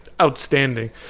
outstanding